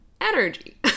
energy